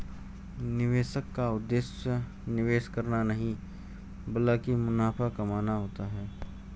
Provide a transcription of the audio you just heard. निवेशक का उद्देश्य निवेश करना नहीं ब्लकि मुनाफा कमाना होता है